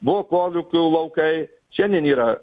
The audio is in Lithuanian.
buvo kolūkių laukai šiandien yra